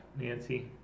Nancy